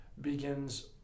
begins